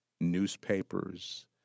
newspapers